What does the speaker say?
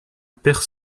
perd